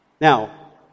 Now